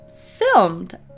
filmed